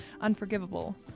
unforgivable